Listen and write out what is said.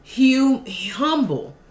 humble